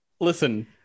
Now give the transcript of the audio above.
listen